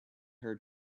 her